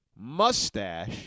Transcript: mustache